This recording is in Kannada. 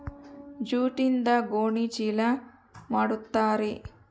ಜೂಟ್ಯಿಂದ ಗೋಣಿ ಚೀಲ ಮಾಡುತಾರೆ